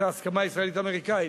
היתה הסכמה ישראלית-אמריקנית.